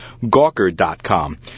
Gawker.com